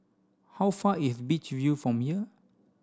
how far is Beach View from here